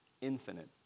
Infinite